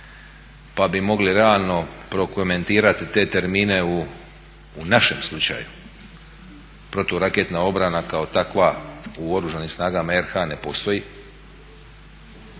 pa bi mogli realno prokomentirati te termine u našem slučaju. Proturaketna obrana kao takva u Oružanim snagama RH ne postoji,